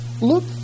Look